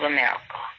America